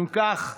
אם כך,